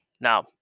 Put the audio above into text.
Now